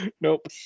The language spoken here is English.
Nope